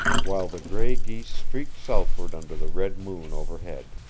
while the gray geese streaked southward under the red moon overhead.